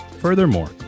Furthermore